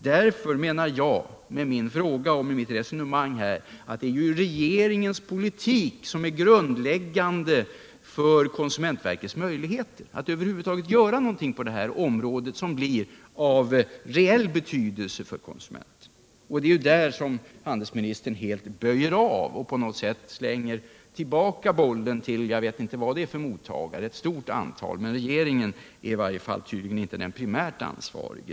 Därför menar jag med min fråga och mitt resonemang att det är regeringens politik som är grundläggande för konsumentverkets möjligheter att över huvud taget göra någonting som blir av reell betydelse för konsumenten. Det är där handelsministern böjer av och slänger tillbaka bollen till jag vet inte vilka mottagare — det är ett stort antal. Men regeringen är tydligen inte primärt ansvarig.